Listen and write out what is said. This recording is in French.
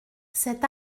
cet